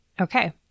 Okay